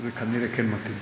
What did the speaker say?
זה כנראה כן מתאים.